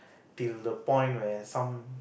till the point where some